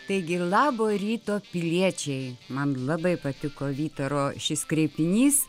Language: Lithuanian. taigi ir labo ryto piliečiai man labai patiko vytaro šis kreipinys